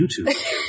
YouTube